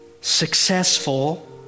successful